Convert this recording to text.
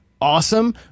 awesome